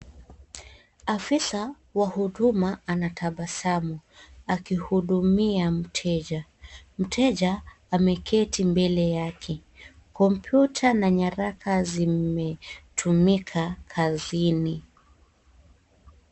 Afisa wa huduma anatabasamu akihudumia mteja. Mteja ameketi mbele yake. Kompyuta na nyaraka zimetumika kazini.